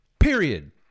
Period